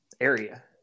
area